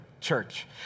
church